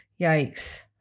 Yikes